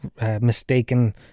Mistaken